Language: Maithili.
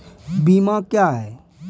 बीमा क्या हैं?